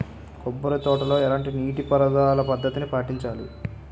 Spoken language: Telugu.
కొబ్బరి తోటలో ఎలాంటి నీటి పారుదల పద్ధతిని పాటించాలి?